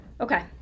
Okay